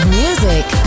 music